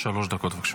שלוש דקות, בבקשה.